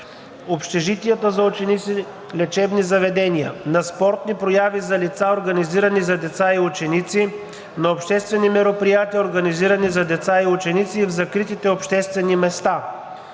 общежитията за ученици, лечебни заведения, на спортни прояви, организирани за деца и ученици, на обществени мероприятия, организирани за деца и ученици, в закритите обществени места.